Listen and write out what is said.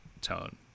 tone